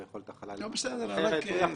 ויכולת הכלה למנכ"ל אחר.